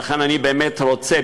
לכן אני באמת רוצה,